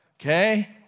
Okay